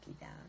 down